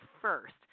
first